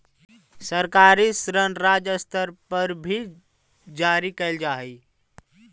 सरकारी ऋण राज्य स्तर पर भी जारी कैल जा हई